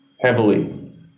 Heavily